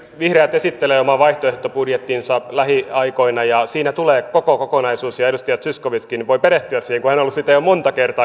vihreät esittelee oman vaihtoehtobudjettinsa lähiaikoina ja siinä tulee koko kokonaisuus ja edustaja zyskowiczkin voi perehtyä siihen kun hän on ollut siitä jo monta kertaa keskusteluissa kiinnostunut